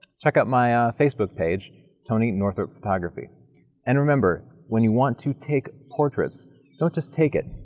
check out my ah facebook page tony northrup photography and remember when you want to take portraits don't just take it,